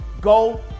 go